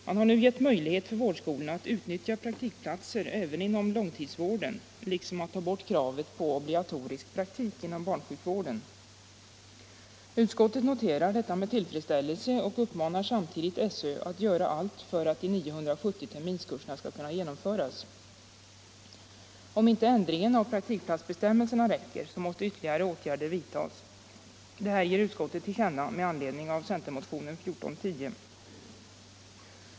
Man har nu gett möjlighet för vårdskolorna att utnyttja praktikplatser även inom långtidsvården liksom att ta bort kravet på obligatorisk praktik inom barnsjukvården. Utskottet noterar detta med tillfredsställelse och uppmanar samtidigt SÖ att göra allt för att de 970 terminskurserna skall kunna genomföras. Om inte ändringen av praktikplatsbestämmelserna räcker så måste ytterligare åtgärder vidtas. Det här ger utskottet till känna med anledning av centermotionen 1410.